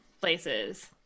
places